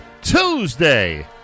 Tuesday